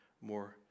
more